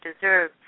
deserve